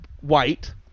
white